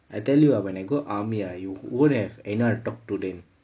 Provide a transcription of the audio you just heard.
I tell you ah when I go army ah you won't have anyone to talk to then